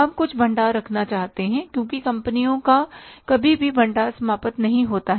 हम कुछ भंडार रखना चाहते हैं क्योंकि कंपनियां का कभी भी भंडार समाप्त नहीं होता हैं